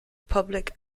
public